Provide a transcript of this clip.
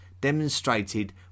demonstrated